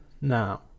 Now